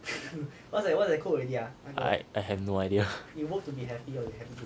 I I have no idea